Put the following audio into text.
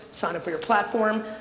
sign up for your platform,